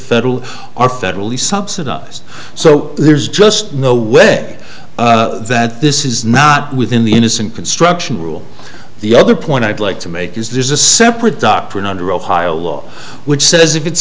federal are federally subsidized so there's just no way that this is not within the innocent construction rule the other point i'd like to make is there's a separate doctrine under ohio law which says i